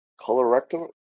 colorectal